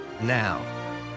now